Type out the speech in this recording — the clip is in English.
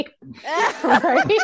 Right